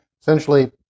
essentially